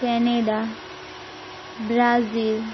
Canada Brazil